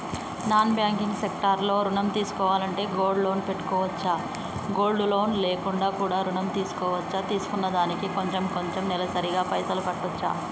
Non banking sector లో ఋణం తీసుకోవాలంటే గోల్డ్ లోన్ పెట్టుకోవచ్చా? గోల్డ్ లోన్ లేకుండా కూడా ఋణం తీసుకోవచ్చా? తీసుకున్న దానికి కొంచెం కొంచెం నెలసరి గా పైసలు కట్టొచ్చా?